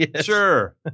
Sure